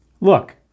Look